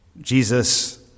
Jesus